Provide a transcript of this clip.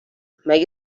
مگه